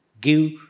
give